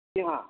جی ہاں